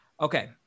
okay